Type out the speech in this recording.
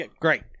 great